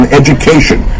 education